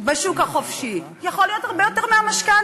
בשוק החופשי, יכול להיות הרבה יותר מהמשכנתה,